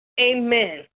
amen